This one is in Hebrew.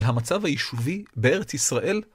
המצב היישובי בארץ ישראל